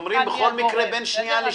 כשאומרים "בין קריאה שנייה ושלישית",